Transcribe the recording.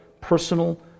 personal